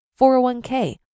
401k